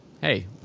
hey